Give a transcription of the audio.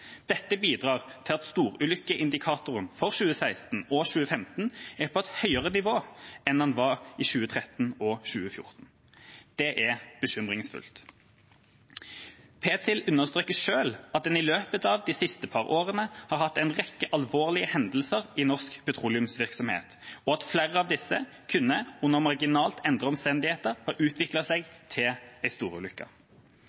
Dette bidrar til at storulykkeindikatoren for 2015 og 2016 er på et høyere nivå enn den var i 2013 og 2014. Det er bekymringsfullt. Ptil understreker selv at en i løpet av de siste par årene har hatt en rekke alvorlige hendelser i norsk petroleumsvirksomhet, og at flere av disse kunne under marginalt endrede omstendigheter ha utviklet seg